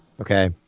Okay